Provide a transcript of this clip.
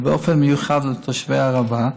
ובמיוחד לתושבי הערבה,